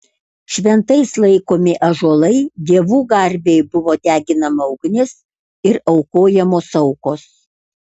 šventais laikomi ąžuolai dievų garbei buvo deginama ugnis ir aukojamos aukos